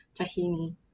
tahini